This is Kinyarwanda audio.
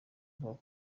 avuga